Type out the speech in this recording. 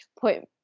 point